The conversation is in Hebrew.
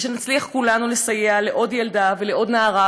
ונצליח כולנו לסייע לעוד ילדה ולעוד נערה